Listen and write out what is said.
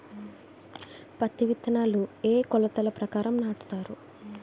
పత్తి విత్తనాలు ఏ ఏ కొలతల ప్రకారం నాటుతారు?